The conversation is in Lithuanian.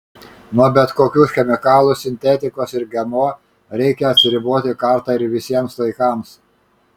nuo bet kokių chemikalų sintetikos ir gmo reikia atsiriboti kartą ir visiems laikams